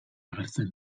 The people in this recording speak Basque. agertzen